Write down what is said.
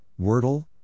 wordle